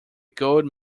gold